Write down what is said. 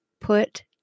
put